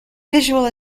visual